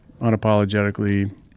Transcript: unapologetically